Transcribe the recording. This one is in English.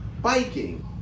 biking